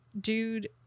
dude